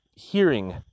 hearing